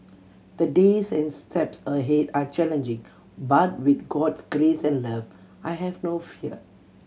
the days and steps ahead are challenging but with God's grace and love I have no fear